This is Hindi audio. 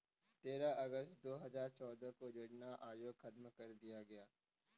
तेरह अगस्त दो हजार चौदह को योजना आयोग खत्म कर दिया गया